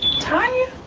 tonya?